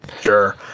Sure